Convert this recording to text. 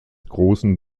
großen